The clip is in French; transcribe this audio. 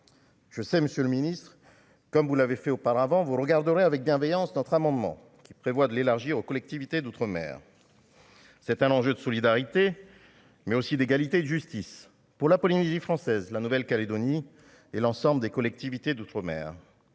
Je sais, Monsieur le Ministre, comme vous l'avez fait auparavant, vous regarderez avec bienveillance, notre amendement. Prévoit de l'élargir aux collectivités d'outre-mer, c'est un enjeu de solidarité mais aussi d'égalité, de justice pour la Polynésie française, la Nouvelle Calédonie et l'ensemble des collectivités d'outre-mer,